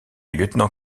lieutenant